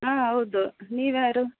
ಹಾಂ ಹೌದು ನೀವು ಯಾರು